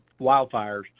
wildfires